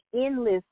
endless